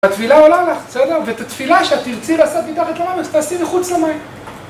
התפילה עולה לך, בסדר? ואת התפילה שאת תרצי לעשות מתחת למים, תעשי מחוץ למים.